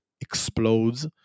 explodes